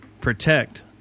protect